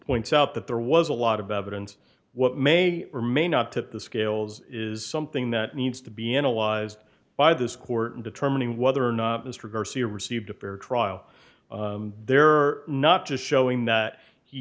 points out that there was a lot of evidence what may or may not tip the scales is something that needs to be analyzed by this court in determining whether or not mr garcia received a fair trial there or not just showing that he